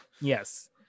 Yes